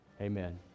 Amen